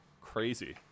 crazy